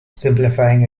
simplifying